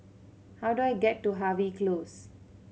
how do I get to Harvey Close